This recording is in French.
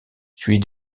suit